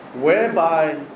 whereby